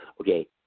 Okay